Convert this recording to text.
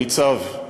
ניצב.